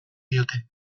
diote